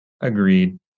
Agreed